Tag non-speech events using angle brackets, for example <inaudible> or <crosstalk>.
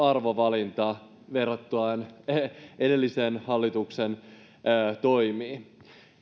<unintelligible> arvovalinta verrattuna edellisen hallituksen toimiin